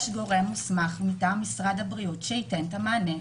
יש גורם מוסמך מטעם משרד הבריאות שייתן את המענה.